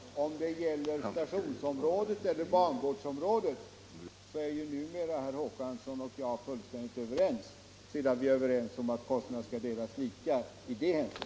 Herr talman! Om det gäller stationsområdet eller bangårdsområdet, är ju numera herr Håkansson i Rönneberga och jag fullständigt överens, sedan vi blivit överens om att kostnaderna skall delas lika i det hänseendet.